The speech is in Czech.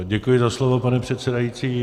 Děkuji za slovo, pane předsedající.